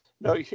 no